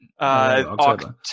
october